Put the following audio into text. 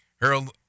Harold